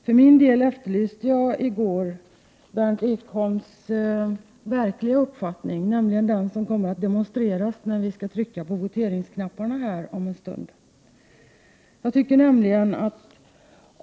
För min del efterlyste jag i går Berndt Ekholms verkliga uppfattning, nämligen den som kommer att demonstreras när det om en stund blir dags att trycka på voteringsknapparna.